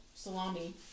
salami